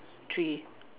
tree